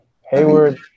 Hayward